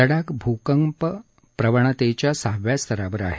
लडाख भू कंप प्रवणतेच्या सहाव्या स्तरावर आहे